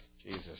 Jesus